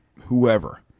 whoever